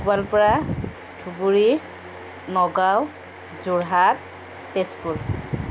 Goalpara Dhubri Nagaon Jorhat Tezpur